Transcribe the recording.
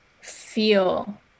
feel